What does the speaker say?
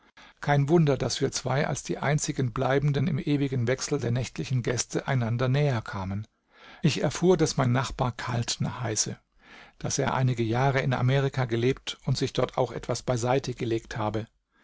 kein wunder daß wir zwei als die einzigen bleibenden im ewigen wechsel der nächtlichen gäste einander näherkamen ich erfuhr daß mein nachbar kaltner heiße daß er einige jahre in amerika gelebt und sich dort auch etwas beiseite gelegt habe